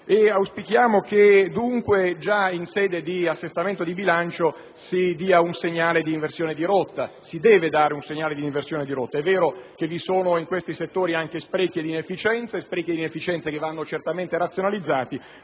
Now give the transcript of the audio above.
scuola e che dunque, già in sede di assestamento di bilancio, si dia un segnale di inversione di rotta. Si deve dare un segnale di inversione di rotta. È vero che in questi settori vi sono anche sprechi e inefficienze, che vanno certamente razionalizzati,